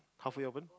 halfway open